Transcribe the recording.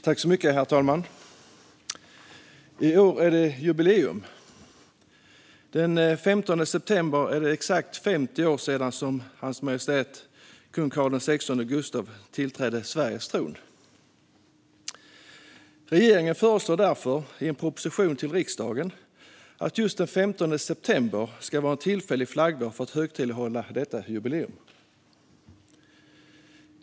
Herr talman! I år är det jubileum. Den 15 september är det exakt 50 år sedan Hans Majestät Konung Carl XVI Gustaf tillträdde Sveriges tron. Regeringen föreslår därför i en proposition till riksdagen att just den 15 september ska vara en tillfällig flaggdag för att högtidlighålla detta jubileum.